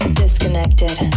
disconnected